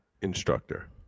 instructor